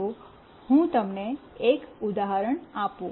ચાલો હું તમને એક ઉદાહરણ આપું